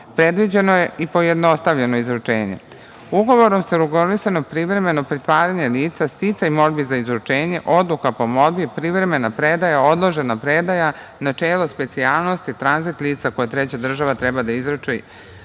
molbu. Predviđeno je i pojednostavljeno izručenje. Ugovorom su regulisana privremena pritvaranja lica, sticaj molbi za izručenje, odluka po molbi, privremena predaja, odložena predaja, načelo specijalnosti, tranzit lica koje treća država treba da izruči